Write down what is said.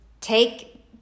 take